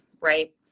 right